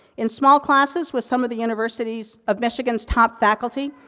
in small classes, with some of the university's, of michigan's top faculty,